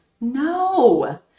No